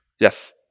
yes